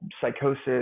psychosis